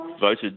voted